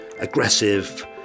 aggressive